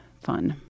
fun